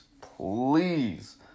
please